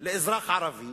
לאזרח ערבי